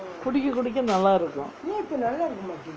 குடிக்க குடிக்க நல்லாருக்கும்:kudikka kudikka nallarukkum